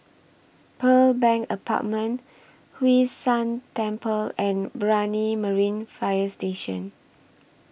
Pearl Bank Apartment Hwee San Temple and Brani Marine Fire Station